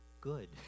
good